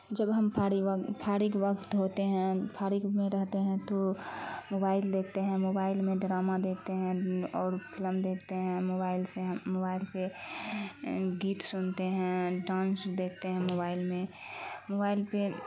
جب ہم پھاڑگ وقت ہوتے ہیں پھاڑگ میں رہتے ہیں تو موبائل دیکھتے ہیں موبائل میں ڈرامہ دیکھتے ہیں اور فلم دیکھتے ہیں موبائل سے ہم موبائل پہ گیت سنتے ہیں ڈانس دیکھتے ہیں موبائل میں موبائل پہ